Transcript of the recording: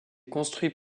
construits